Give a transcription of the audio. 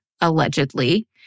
allegedly